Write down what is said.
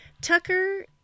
Tucker